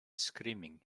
screaming